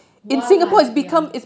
ya ya ya